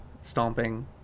stomping